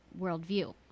worldview